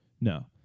no